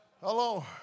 Hello